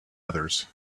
others